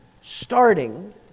starting